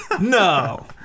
No